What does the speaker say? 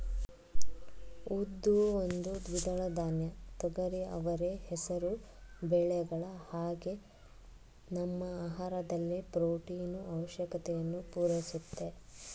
ಉದ್ದು ಒಂದು ದ್ವಿದಳ ಧಾನ್ಯ ತೊಗರಿ ಅವರೆ ಹೆಸರು ಬೇಳೆಗಳ ಹಾಗೆ ನಮ್ಮ ಆಹಾರದಲ್ಲಿ ಪ್ರೊಟೀನು ಆವಶ್ಯಕತೆಯನ್ನು ಪೂರೈಸುತ್ತೆ